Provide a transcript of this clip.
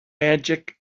magic